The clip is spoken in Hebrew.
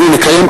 אנחנו נקיים,